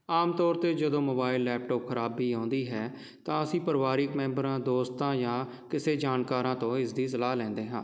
ਆਮ ਤੌਰ 'ਤੇ ਜਦੋਂ ਮੋਬਾਇਲ ਲੈਪਟੋਪ ਖਰਾਬੀ ਆਉਂਦੀ ਹੈ ਤਾਂ ਅਸੀਂ ਪਰਿਵਾਰਕ ਮੈਂਬਰਾਂ ਦੋਸਤਾਂ ਜਾਂ ਕਿਸੇ ਜਾਣਕਾਰਾਂ ਤੋਂ ਇਸ ਦੀ ਸਲਾਹ ਲੈਂਦੇ ਹਾਂ